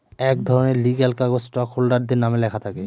এক ধরনের লিগ্যাল কাগজ স্টক হোল্ডারদের নামে লেখা থাকে